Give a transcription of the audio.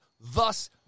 Thus